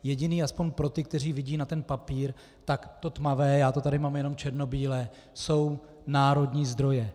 Jediné, aspoň pro ty, kteří vidí na ten papír , tak to tmavé, já to tady mám jenom černobíle, jsou národní zdroje.